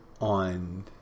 on